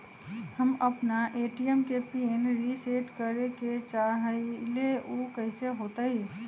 हम अपना ए.टी.एम के पिन रिसेट करे के चाहईले उ कईसे होतई?